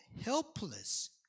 helpless